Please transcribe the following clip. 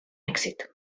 èxit